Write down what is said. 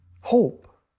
hope